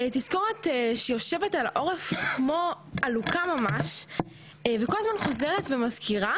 שיושבת על העורף כמו עלוקה ממש וכל הזמן חוזרת ומזכירה